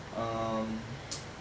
um